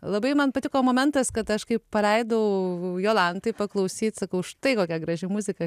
labai man patiko momentas kad aš kai paleidau jolantai paklausyt sakau štai kokia graži muzika